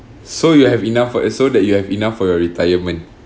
so you have enough for uh so that you have enough for your retirement